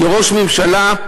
כראש ממשלה,